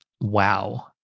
Wow